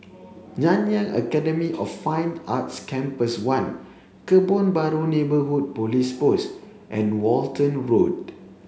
Nanyang Academy of Fine Arts Campus one Kebun Baru Neighbourhood Police Post and Walton Road